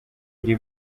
iri